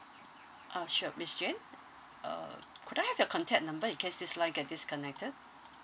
uh sure miss jane uh could I have your contact number in case this line get disconnected